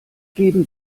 geben